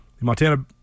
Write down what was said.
Montana